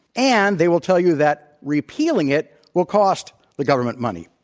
and they will tell you that repealing it will cost the government money.